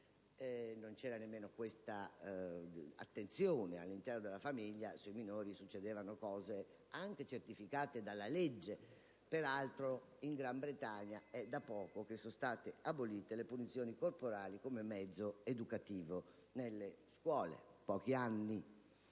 non c'era neanche questa attenzione all'interno della famiglia, e ai minori succedevano cose anche certificate dalla legge. Peraltro, in Gran Bretagna è da pochi anni che sono state abolite le punizioni corporali come mezzo educativo nelle scuole. La